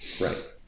Right